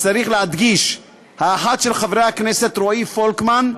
וצריך להדגיש: האחת של חברי הכנסת רועי פולקמן,